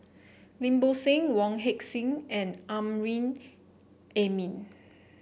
Lim Bo Seng Wong Heck Sing and Amrin Amin